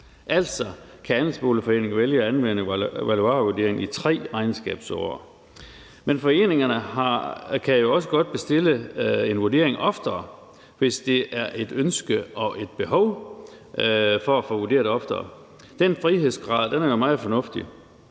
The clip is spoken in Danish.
Altså kan andelsboligforeningerne vælge at anvende valuarvurderingen i tre regnskabsår, men foreningerne kan jo også godt bestille en vurdering oftere, hvis der er et ønske og et behov for at få vurderet oftere. Den frihedsgrad er meget fornuftig.